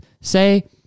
say